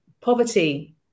poverty